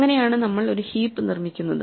എങ്ങനെയാണ് നമ്മൾ ഒരു ഹീപ്പ് നിർമ്മിക്കുന്നത്